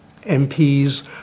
MPs